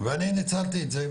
ואני ניצלתי את זה,